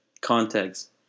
context